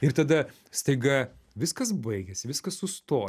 ir tada staiga viskas baigiasi viskas susto